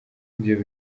ibyo